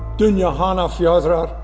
dynja hana fjadrar.